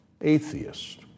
atheist